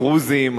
הדרוזיים,